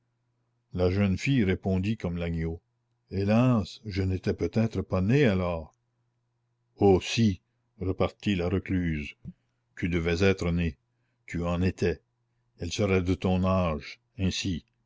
la jeune fille répondit comme l'agneau hélas je n'étais peut-être pas née alors oh si repartit la recluse tu devais être née tu en étais elle serait de ton âge ainsi